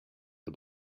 the